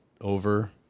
over